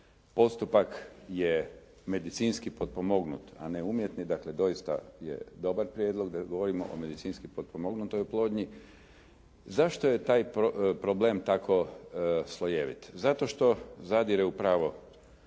Postupak je medicinski potpomognut, a ne umjetni. Dakle, doista je dobar prijedlog, da govorimo o medicinski potpomognutoj oplodnji. Zašto je taj problem tako slojevit? Zato što zadire u pravo